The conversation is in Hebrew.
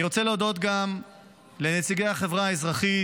אני רוצה להודות גם לנציגי החברה האזרחית,